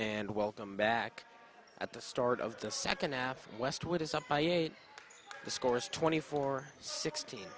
and welcome back at the start of the second half westwood is up by eight scores twenty four sixteen